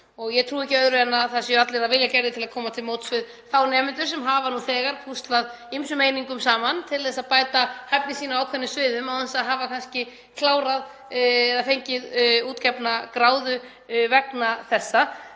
Ég trúi ekki öðru en að það séu allir af vilja gerðir til að koma til móts við þá nemendur sem hafa nú þegar púslað ýmsum einingum saman til þess að bæta hæfni sína á ákveðnum sviðum án þess að hafa kannski klárað eða fengið útgefna gráðu vegna þessa,